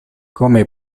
come